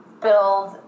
build